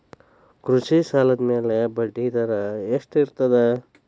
ಕೃಷಿ ಸಾಲದ ಮ್ಯಾಲೆ ಬಡ್ಡಿದರಾ ಎಷ್ಟ ಇರ್ತದ?